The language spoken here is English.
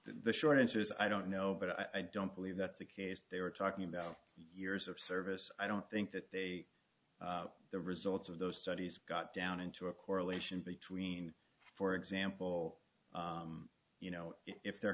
the short answer is i don't know but i don't believe that's the case they were talking about years of service i don't think that they the results of those studies got down into a correlation between for example you know if there